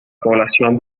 población